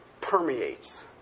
permeates